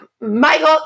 Michael